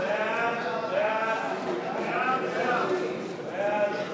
33 והוראת